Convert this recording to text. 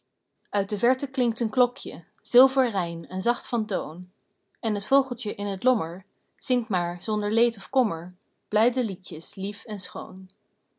uit de verte klinkt een klokje zilverrein en zacht van toon en het vogeltje in het lommer zingt maar zonder leed of kommer blijde liedjes lief en schoon